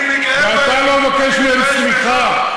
ואתה לא מבקש מהם סליחה,